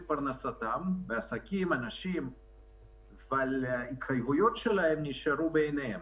פרנסתם בזמן שההתחייבויות שלהם נשארו בעיניהן.